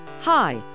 Hi